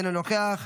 אינו נוכח,